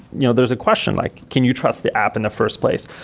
you know there's a question like, can you trust the app in the first place?